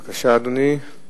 זה בזכות סגן המזכירה